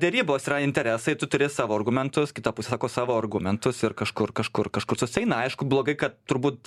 derybos yra interesai tu turi savo argumentus kita pusė sako savo argumentus ir kažkur kažkur kažkur susieina aišku blogai kad turbūt